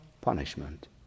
punishment